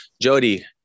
Jody